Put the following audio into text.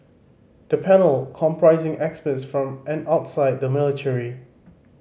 the panel comprising experts from and outside the military